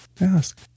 Ask